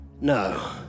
No